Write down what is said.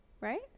right